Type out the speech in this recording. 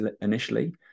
initially